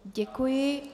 Děkuji.